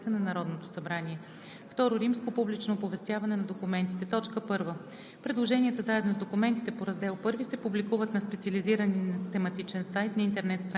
oбстоятелството по чл. 50, ал. 3, т. 1 от Изборния кодекс се установява служебно от администрацията на Народното събрание. II. Публично оповестяване на документите 1.